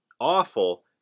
awful